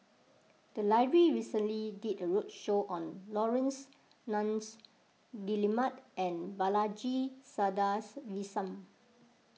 the library recently did a roadshow on Laurence Nunns Guillemard and Balaji